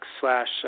slash